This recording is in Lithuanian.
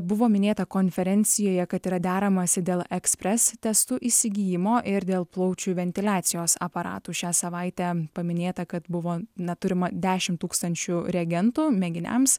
buvo minėta konferencijoje kad yra deramasi dėl ekspres testų įsigijimo ir dėl plaučių ventiliacijos aparatų šią savaitę paminėta kad buvo na turima dešim tūkstančių reagentų mėginiams